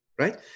Right